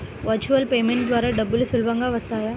Virtual payment ద్వారా డబ్బులు సులభంగా వస్తాయా?